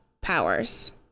powers